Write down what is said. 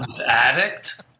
Addict